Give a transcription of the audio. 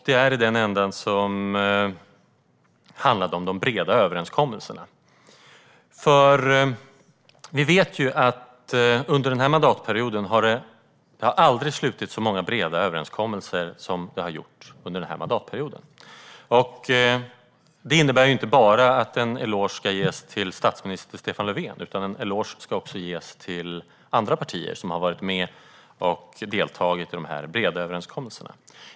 Det är den ändan som handlar om de breda överenskommelserna. Det har aldrig slutits så många breda överenskommelser som under den här mandatperioden. Det innebär inte bara att en eloge ska ges till statsminister Stefan Löfven. En eloge ska också ges till andra partier som har deltagit i de breda överenskommelserna.